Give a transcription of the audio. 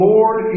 Lord